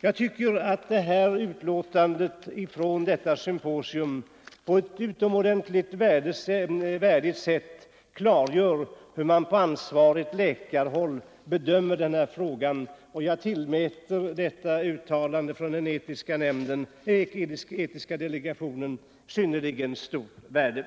Jag tycker att det här utlåtandet från den etiska delegationens symposium på ett utomordentligt värdigt sätt klargör hur man på ansvarigt läkarhåll bedömer denna fråga, och jag tillmäter uttalandet synnerligen stort värde.